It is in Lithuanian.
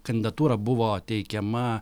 kandidatūra buvo teikiama